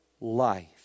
life